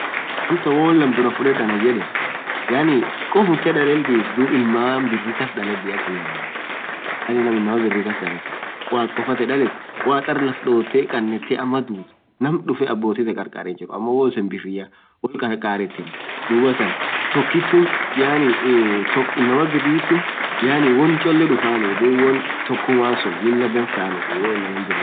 woon laam duraa fuded anan yedeen kofa tee dalenoaf hyo inama birii kass daleno, yaani naam inamaa birii kass daleet fedaa, malatiin kanetee ama lafdotee duut naam dufee abotii tantee karkar hinjiruu amoo mal iseen biria tokituu inama birituum woancholee dufaanii yaani tukuman sun choleaa.